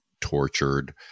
tortured